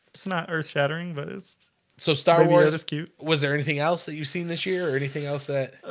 it's not earth shattering, but it's so star wars it's cute. was there anything else that you've seen this year or anything else that oh